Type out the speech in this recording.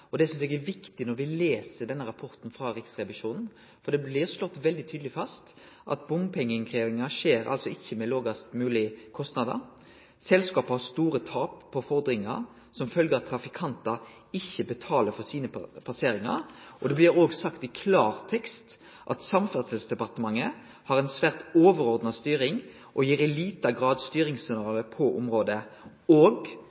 Det synest eg er viktig når me les denne rapporten frå Riksrevisjonen, for det blir slått veldig tydeleg fast at bompengeinnkrevjinga ikkje skjer med lågast mogleg kostnader. Selskapa har store tap på fordringar som følgje av at trafikantar ikkje betaler for sine passeringar. Det blir òg sagt i klartekst at Samferdselsdepartementet har «ei svært overordna rolle» og gir i liten grad styringssignal på området, og